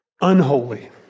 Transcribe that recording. unholy